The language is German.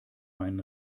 meinen